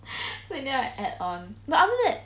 ya and then I add one but after that